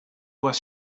was